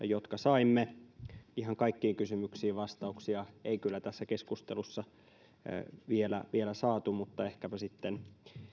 jotka saimme ihan kaikkiin kysymyksiin ei vastauksia tässä keskustelussa kyllä vielä saatu mutta ehkäpä sitten